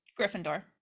Gryffindor